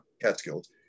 Catskills